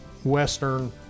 Western